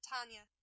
Tanya